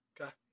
Okay